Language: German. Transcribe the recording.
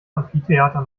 amphitheater